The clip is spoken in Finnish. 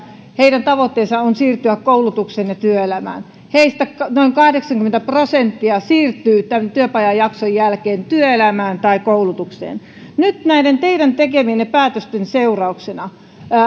heidän tavoitteensa on siirtyä koulutukseen ja työelämään heistä noin kahdeksankymmentä prosenttia siirtyy tämän työpajajakson jälkeen työelämään tai koulutukseen nyt näiden teidän tekemienne päätösten seurauksena enää